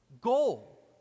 goal